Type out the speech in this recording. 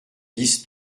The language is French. dix